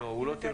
נו, הוא טרפד.